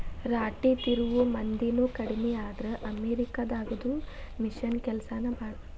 ರಾಟಿ ತಿರುವು ಮಂದಿನು ಕಡಮಿ ಆದ್ರ ಅಮೇರಿಕಾ ದಾಗದು ಮಿಷನ್ ಕೆಲಸಾನ ಭಾಳ